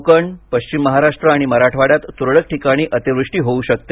कोकण पश्चिम महाराष्ट्र आणि मराठवाड्यात तुरळक ठिकाणी अतिवृष्टी होऊ शकते